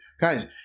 Guys